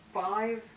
five